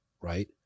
right